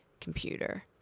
computer